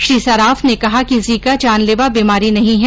श्री सराफ ने कहा कि जीका जानलेवा बीमारी नहीं है